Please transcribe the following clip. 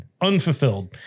unfulfilled